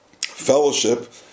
Fellowship